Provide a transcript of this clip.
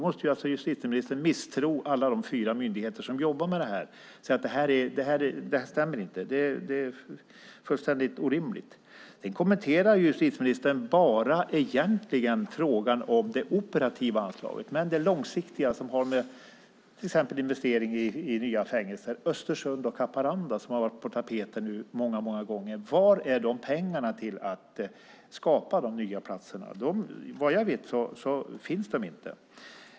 Justitieministern måste alltså misstro alla de fyra myndigheter som jobbar med det här om hon säger: Det här stämmer inte. Det är fullständigt orimligt. Sedan kommenterar justitieministern egentligen bara frågan om det operativa anslaget. Det långsiktiga har till exempel att göra med investering i nya fängelser. Östersund och Haparanda har varit på tapeten många gånger. Var är pengarna till att skapa de nya platserna? Vad jag vet finns de inte.